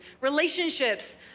Relationships